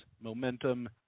momentum